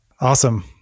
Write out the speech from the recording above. Awesome